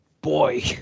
Boy